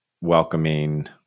welcoming